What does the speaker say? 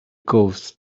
costs